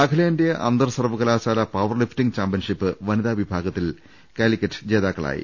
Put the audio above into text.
അഖിലേന്ത്യാ അന്തർ സർവകലാശാല പവർ ലിഫ്റ്റിങ്ങ് ചാമ്പ്യൻഷിപ്പ് വനിതാ വിഭാഗത്തിൽ കാലിക്കറ്റ് ജേതാക്കളായി